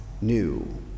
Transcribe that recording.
new